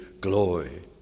glory